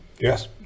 yes